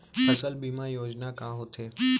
फसल बीमा योजना का होथे?